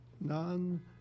None